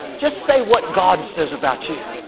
just say what god says about you.